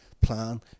plan